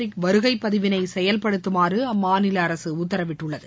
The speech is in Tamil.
மகாராஷ்டிராவில் வருகைப்பதிவினை செயல்படுத்துமாறு அம்மாநில அரசு உத்தரவிட்டுள்ளது